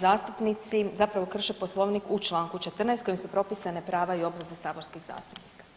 zastupnici zapravo krše Poslovnik u članku 14. kojim su propisane prava i obveze saborskih zastupnika.